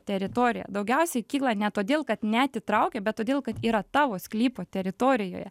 teritorija daugiausiai kyla ne todėl kad neatitraukė bet todėl kad yra tavo sklypo teritorijoje